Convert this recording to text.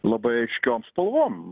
labai aiškiom spalvom